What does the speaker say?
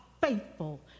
faithful